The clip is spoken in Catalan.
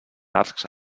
arcs